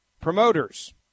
promoters